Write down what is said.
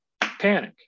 panic